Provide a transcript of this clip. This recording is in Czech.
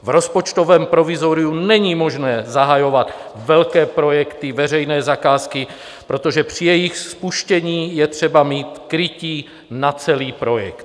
V rozpočtovém provizoriu není možné zahajovat velké projekty, veřejné zakázky, protože při jejich spuštění je třeba mít krytí na celý projekt.